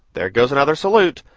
there goes another salute.